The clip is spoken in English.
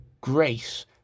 grace